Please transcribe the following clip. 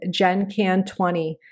GenCan20